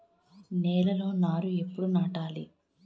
నేలలో నారు ఎప్పుడు నాటాలి?